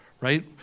right